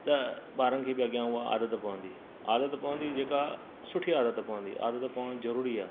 त ॿारनि खे बि अॻियां उहा आदत पवंदी आदत पवंदी जेका सुठी आदत पवंदी आदत पवनि जरूरी आहे